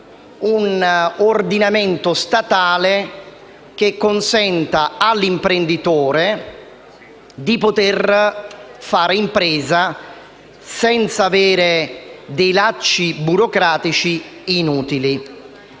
un ordinamento che consenta all’imprenditore di poter fare impresa senza avere lacci burocratici inutili.